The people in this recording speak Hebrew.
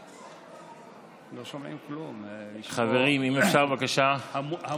לא שומעים כלום, יש פה המולה.